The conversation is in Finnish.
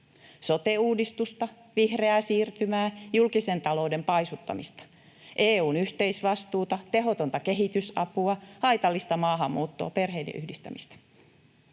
sote-uudistusta, vihreää siirtymää, julkisen talouden paisuttamista, EU:n yhteisvastuuta, tehotonta kehitysapua, haitallista maahanmuuttoa, perheiden yhdistämistä.